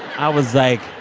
i was like.